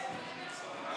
התש"ף 2020,